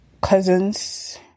cousins